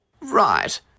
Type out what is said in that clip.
Right